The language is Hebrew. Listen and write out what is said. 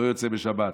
לא יוצא בשבת.